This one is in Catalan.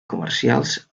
comercials